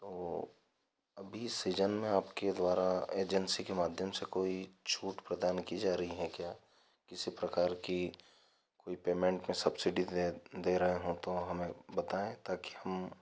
वह अभी सीजन में आपके द्वारा एजेंसी के माध्यम से कोई छूट प्रदान की जा रही है क्या किसी प्रकार की कोई पेमेंट में सब्सिडी दे दे रहें हों तो हमें भी बताएँ ताकि हम